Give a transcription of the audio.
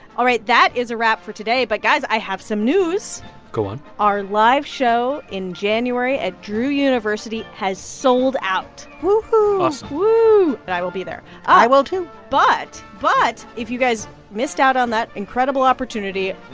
all right, that is a wrap for today. but, guys, i have some news go on our live show in january at drew university has sold out. woohoo awesome woo. and i will be there i will, too but but if you guys missed out on that incredible opportunity,